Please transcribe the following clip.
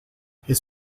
his